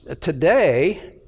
today